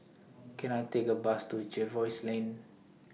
Can I Take A Bus to Jervois Lane